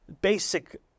basic